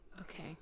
Okay